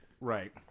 right